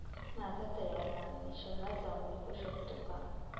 माझा तयार माल मी शहरात जाऊन विकू शकतो का?